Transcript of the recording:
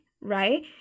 right